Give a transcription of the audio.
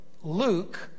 Luke